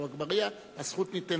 מעבר לכך, מאז קרה